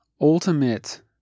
ultimate